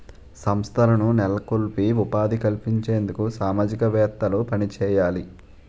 సంస్థలను నెలకొల్పి ఉపాధి కల్పించేందుకు సామాజికవేత్తలు పనిచేయాలి